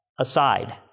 aside